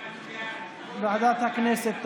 ועדת הכנסת תחליט.